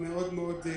הם מאוד מוגבלים.